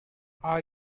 are